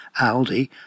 Aldi